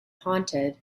haunted